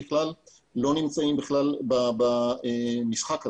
לא נמצאים בכלל במשחק הזה.